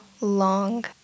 long